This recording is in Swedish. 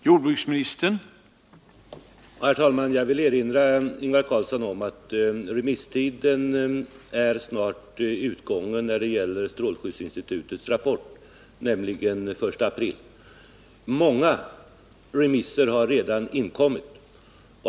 Herr talman! Jag vill erinra Ingvar Carlsson om att remisstiden för strålskyddsinstitutets rapport snart är utgången. Den utgår nämligen den 1 april. Många remisser har redan inkommit.